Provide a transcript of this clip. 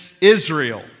Israel